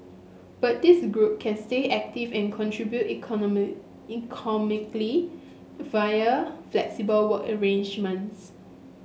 but this group can stay active and contribute economic economically via flexible work arrangements